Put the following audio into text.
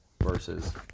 versus